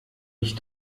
ich